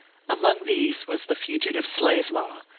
among these was the fugitive slave law,